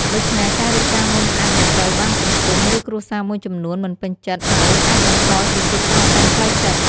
ដូច្នេះការរៀបការមុនអាចនឹងត្រូវបានសង្គម ឬគ្រួសារមួយចំនួនមិនពេញចិត្ត ហើយអាចបង្កជាភាពតានតឹងផ្លូវចិត្ត។